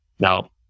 Now